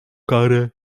karę